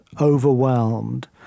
overwhelmed